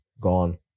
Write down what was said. Gone